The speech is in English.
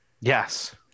Yes